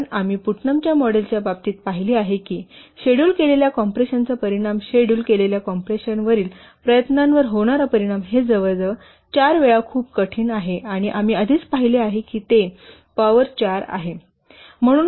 कारण आम्ही पुटनमच्या मॉडेलच्या बाबतीत पाहिले आहे की शेड्यूल केलेल्या कॉम्प्रेशनचा परिणाम शेड्यूल केलेल्या कॉम्प्रेशनवरील प्रयत्नावर होणारा परिणाम हे जवळजवळ 4 वेळा खूप कठीण आहे आणि आम्ही आधीच पाहिले आहे की ते पॉवर 4 आहे